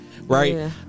Right